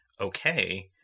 okay